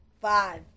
Five